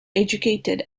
educated